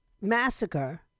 massacre